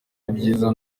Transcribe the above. ibyiza